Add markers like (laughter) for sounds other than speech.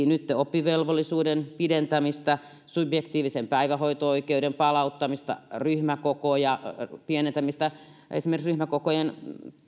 (unintelligible) nyt oppivelvollisuuden pidentämistä subjektiivisen päivähoito oikeuden palauttamista ryhmäkokojen pienentämistä esimerkiksi ryhmäkokojen